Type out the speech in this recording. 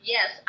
Yes